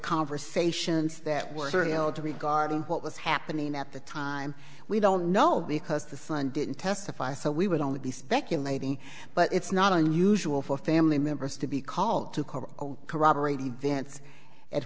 conversations that were held to be guarded what was happening at the time we don't know because the son didn't testify so we would only be speculating but it's not unusual for family members to be called to corroborate events at